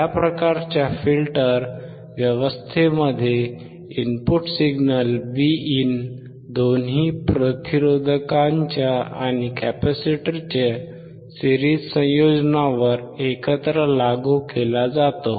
या प्रकारच्या फिल्टर व्यवस्थेमध्ये इनपुट सिग्नल Vin दोन्ही प्रतिरोधकांच्या आणि कॅपेसिटरचे सिरीज़ संयोजनावर एकत्र लागू केला जातो